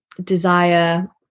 desire